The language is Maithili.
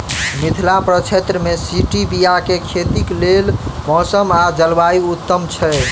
मिथिला प्रक्षेत्र मे स्टीबिया केँ खेतीक लेल मौसम आ जलवायु उत्तम छै?